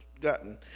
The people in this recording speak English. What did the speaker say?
gotten